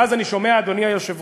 ואז אני שומע, אדוני היושב-ראש,